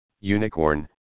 unicorn